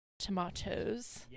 tomatoes